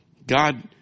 God